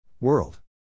World